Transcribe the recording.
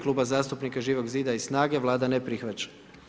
Klub zastupnika Živog zida i SNAGA-e, Vlada ne prihvaća.